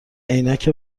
عینک